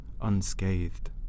unscathed